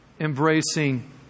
embracing